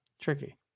tricky